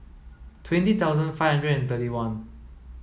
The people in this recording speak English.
twenty thousand five hundred and thirty one